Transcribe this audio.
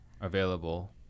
available